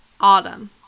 autumn